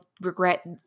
regret